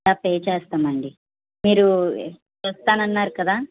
pay చేస్తాం అండి మీరు వస్తాను అన్నారు కదా